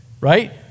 right